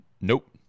nope